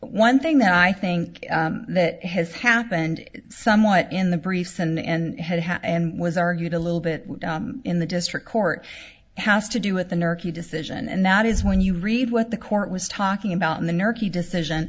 one thing that i think that has happened somewhat in the briefs and had had and was argued a little bit in the district court has to do with the nurse key decision and that is when you read what the court was talking about in the nurse key decision